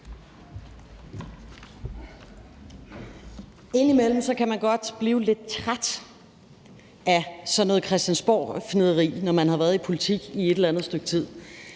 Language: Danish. Indimellem kan man godt blive lidt træt af sådan noget christiansborgfnidder, når man har været i politik i et eller andet stykke tid,